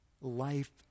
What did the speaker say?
life